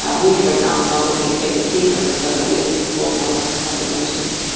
ah we, for example, are looking at getting a sequencer so that we can explore some of those possibilities.